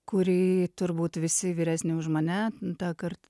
kūrį turbūt visi vyresni už mane tąkart